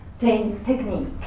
technique